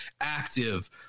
active